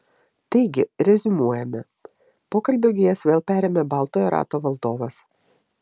taigi reziumuojame pokalbio gijas vėl perėmė baltojo rato valdovas